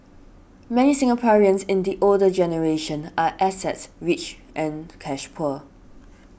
many Singaporeans in the older generation are assets rich and cash poor